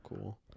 cool